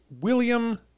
William